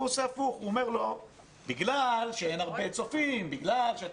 הוא עושה הפוך: אומר שבגלל שאין הרבה צופים ובגלל שזה